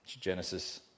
Genesis